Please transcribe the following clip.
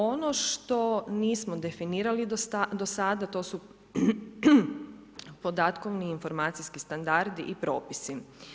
Ono što nismo definirali do sada to su podatkovni informacijski standardi i propisi.